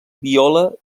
viola